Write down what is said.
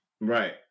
Right